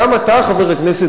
חבר הכנסת דנון,